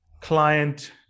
client